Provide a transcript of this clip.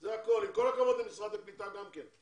עם כל הכבוד למשרד הקליטה גם כן,